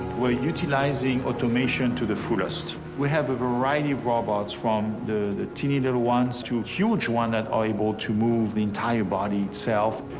we're utilizing automation to the fullest we have a variety of robots from the tiny and ones to huge one that are able to move the entire body itself.